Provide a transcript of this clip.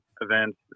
events